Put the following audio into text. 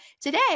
today